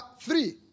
three